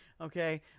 Okay